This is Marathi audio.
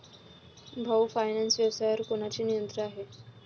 भाऊ फायनान्स व्यवसायावर कोणाचे नियंत्रण आहे?